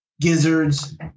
Gizzards